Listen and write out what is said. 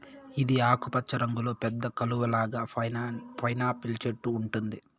ఇది ఆకుపచ్చ రంగులో పెద్ద కలువ లాగా పైనాపిల్ చెట్టు ఉంటుంది